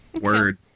Word